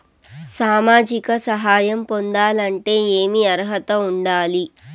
సామాజిక సహాయం పొందాలంటే ఏమి అర్హత ఉండాలి?